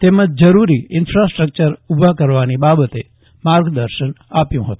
તેમજ જરૂરી ઇન્ફાસ્ટ્રક્ચર ઊભા કરવાની બાબતે માર્ગદર્શન આપ્યું હતું